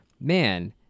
man